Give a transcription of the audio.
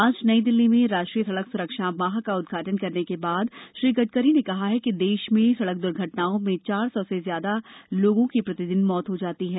आज नई दिल्ली में राष्ट्रीय सड़क सुरक्षा माह का उदघाटन करने के बाद श्री गडकरी ने कहा कि देश में सड़क दुर्घटनाओं में चार सौ से ज्यादा लोगों की प्रतिदिन मौत हो जाती है